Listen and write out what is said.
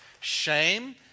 Shame